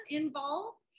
involved